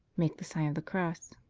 make the sign of the cross.